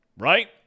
Right